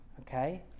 Okay